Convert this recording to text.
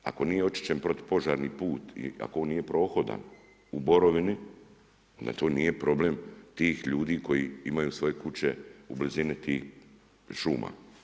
Ako nije očišćen protupožarni put ili ako on nije prohodan u borovini to nije problem tih ljudi koji imaju svoje kuće u blizini tih šuma.